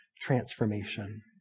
transformation